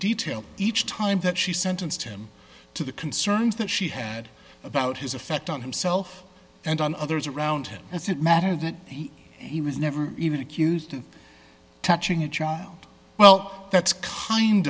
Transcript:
detail each time that she sentenced him to the concerns that she had about his effect on himself and on others around him as it matter that he was never even accused of touching a child well that's kind